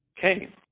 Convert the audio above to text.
came